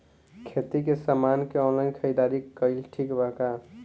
खेती के समान के ऑनलाइन खरीदारी कइल ठीक बा का?